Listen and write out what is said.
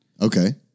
Okay